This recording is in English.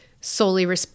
solely